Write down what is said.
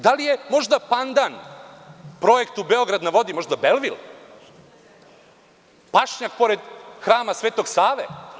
Da li je možda pandan projektu „Beograd na vodi“ možda „Belvil“, pašnjak pored Hrama Svetog Save?